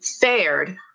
fared